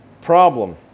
problem